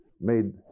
made